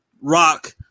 Rock